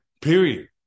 period